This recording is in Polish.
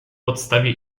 podstawie